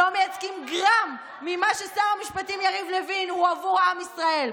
לא מייצגים גרם ממה ששר המשפטים יריב לוין הוא עבור עם ישראל.